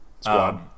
Squad